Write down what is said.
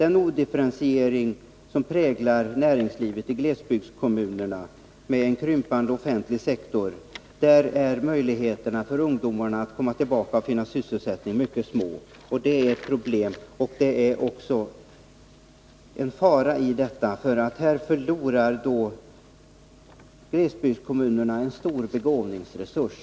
I glesbygdskommunerna, där näringslivet präglas av odifferentiering och där man har en krympande offentlig sektor, är möjligheterna för ungdomarna att komma tillbaka och finna sysselsättning mycket små. Det är ett problem. Det är också en fara i detta, därför att glesbygdskommunerna förlorar här en stor begåvningsresurs.